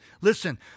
Listen